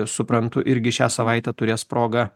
suprantu irgi šią savaitę turės progą